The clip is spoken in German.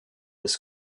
des